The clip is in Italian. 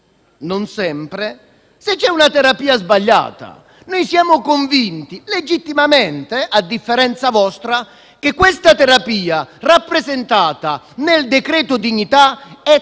non sempre - se c'è una terapia sbagliata. Noi siamo convinti, legittimamente, a differenza vostra, che la terapia contenuta nel decreto dignità sia